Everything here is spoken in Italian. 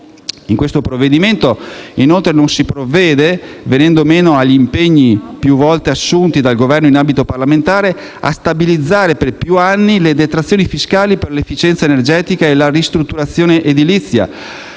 In questo provvedimento, inoltre, non si provvede, venendo meno agli impegni più volte assunti dal Governo in ambito parlamentare, a stabilizzare per più anni le detrazioni fiscali per l'efficienza energetica e la ristrutturazione edilizia.